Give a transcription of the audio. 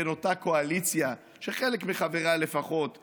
כן, אותה קואליציה שחלק מחבריה לפחות הבטיחו: